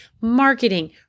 marketing